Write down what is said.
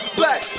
black